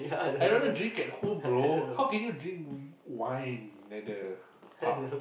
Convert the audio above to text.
I rather drink at home bro how can you drink w~ wine at the pub